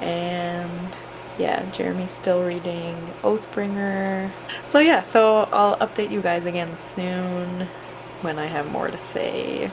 and yeah, jeremie's still reading oathbringer so yeah so i'll update you guys again soon when i have more to say.